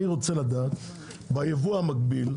אני רוצה לדעת בייבוא המקביל,